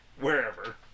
wherever